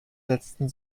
setzten